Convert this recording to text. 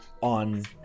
on